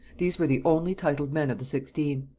these were the only titled men of the sixteen.